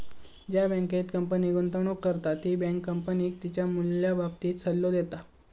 ज्या बँकेत कंपनी गुंतवणूक करता ती बँक कंपनीक तिच्या मूल्याबाबतही सल्लो देता